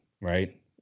right